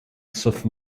sauf